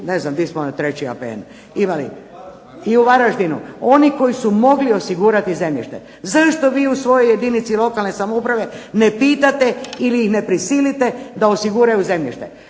…/Upadica se ne čuje./… I u Varaždinu. Oni koji su mogli osigurati zemljište. Zašto vi u svojoj jedini lokalne samouprave ne pitate ili ih ne prisilite da osiguraju zemljište?